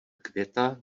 květa